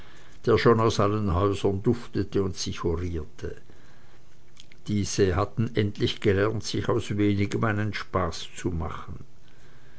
der schon aus allen häusern duftete und zichorierte diese hatten endlich gelernt sich aus wenigem einen spaß zu machen